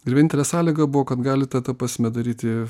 ir vienintelė sąlyga buvo kad gali ta prasme daryti